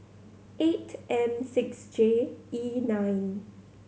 eight M six J E nine